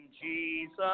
Jesus